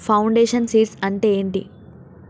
Foundation seeds అంటే ఏంటి?